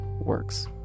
works